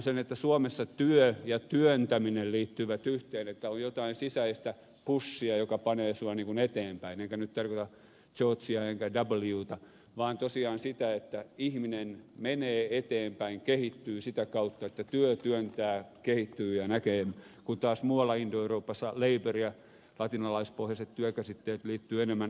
huomautan että suomessa työ ja työntäminen liittyvät yhteen että on jotain sisäistä pushia joka panee sinua eteenpäin enkä nyt tarkoita georgea enkä wtä vaan tosiaan sitä että ihminen menee eteenpäin kehittyy sitä kautta että työ työntää kehittyy ja näkee kun taas muualla indoeuroopassa labour ja latinalaispohjaiset työ käsitteet liittyvät enemmän orjuuteen